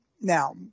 now